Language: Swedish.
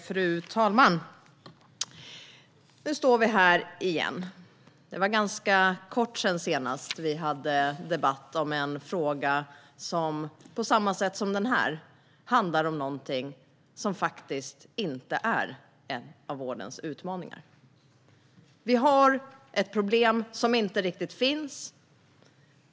Fru talman! Nu står vi här igen. Det har gått ganska kort tid sedan vi senast hade en debatt om en fråga som på samma sätt som denna handlar om någonting som faktiskt inte är en av vårdens utmaningar. Vi har ett problem som inte riktigt finns.